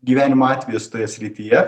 gyvenimo atvejus toje srityje